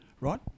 right